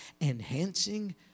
enhancing